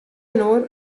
inoar